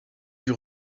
due